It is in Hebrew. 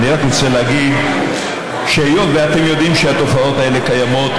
אני רק רוצה להגיד שהיות שאתם יודעים שהתופעות האלה קיימות,